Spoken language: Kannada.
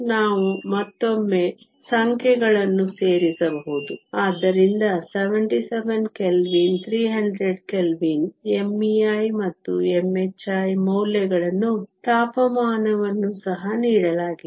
ನಾವು ಮತ್ತೊಮ್ಮೆ ಸಂಖ್ಯೆಗಳನ್ನು ಸೇರಿಸಬಹುದು ಆದ್ದರಿಂದ 77 ಕೆಲ್ವಿನ್ 300 ಕೆಲ್ವಿನ್ mei ಮತ್ತು mhi ಮೌಲ್ಯಗಳನ್ನು ತಾಪಮಾನವನ್ನು ಸಹ ನೀಡಲಾಗಿದೆ